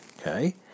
okay